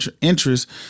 interest